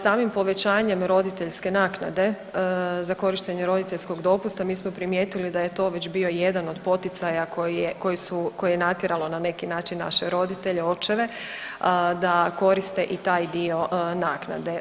Samim povećanjem roditeljske naknade za korištenje roditeljskog dopusta, mi smo primijetili da je to već bio jedan od poticaja koji je, koji su, koji je natjeralo, na neki način naše roditelje, očeve da koriste i taj dio naknade.